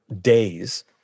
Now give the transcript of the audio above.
days